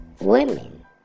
women